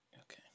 Okay